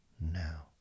now